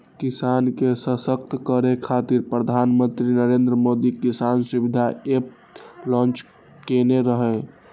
किसान के सशक्त करै खातिर प्रधानमंत्री नरेंद्र मोदी किसान सुविधा एप लॉन्च केने रहै